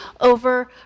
over